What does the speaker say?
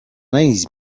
nineties